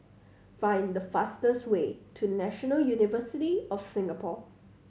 find the fastest way to National University of Singapore